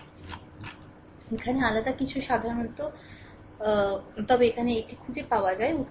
তাই এটা এখানে আলাদা কিছু কারণ সাধারণত রেফার সময় 2152 তবে এখানে এটি খুঁজে পাওয়া যায়